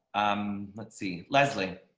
um, let's see, leslie.